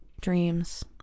dreams